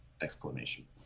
exclamation